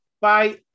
Bye